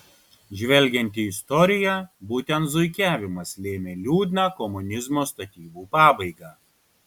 žvelgiant į istoriją būtent zuikiavimas lėmė liūdną komunizmo statybų pabaigą